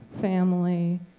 family